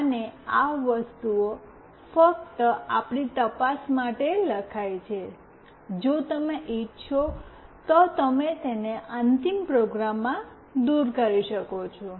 અને આ વસ્તુઓ ફક્ત આપણી તપાસ માટે લખાઈ છે જો તમે ઇચ્છો તો તમે તેને અંતિમ પ્રોગ્રામમાં દૂર કરી શકો છો